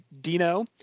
Dino